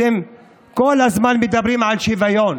אתם כל הזמן מדברים על שִׁוָויוֹן.